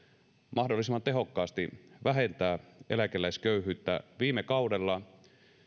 mahdollisimman tehokkaasti vähentää eläkeläisköyhyyttä viime kaudella